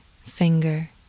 finger